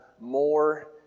more